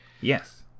yes